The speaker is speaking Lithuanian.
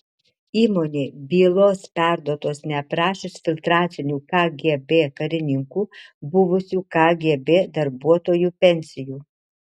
įmonė bylos perduotos neaprašius filtracinių kgb karininkų buvusių kgb darbuotojų pensijų